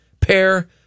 pair